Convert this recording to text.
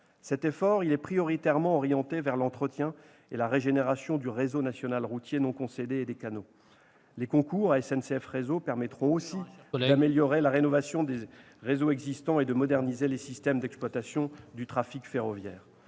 Cet effort est prioritairement orienté vers l'entretien et la régénération du réseau national routier non concédé et des canaux. Les concours à SNCF Réseau permettront aussi d'améliorer la rénovation des réseaux existants et de moderniser les systèmes d'exploitation du trafic ferroviaire.